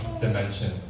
dimension